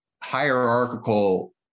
hierarchical